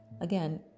again